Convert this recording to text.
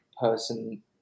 person